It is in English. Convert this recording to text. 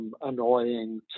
annoying